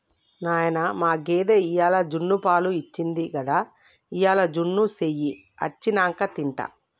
నాయనా మన గేదె ఇవ్వాల జున్నుపాలు ఇచ్చింది గదా ఇయ్యాల జున్ను సెయ్యి అచ్చినంక తింటా